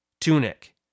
tunic